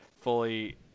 fully